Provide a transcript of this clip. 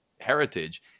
heritage